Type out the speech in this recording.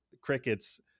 Cricket's